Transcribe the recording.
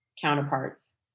counterparts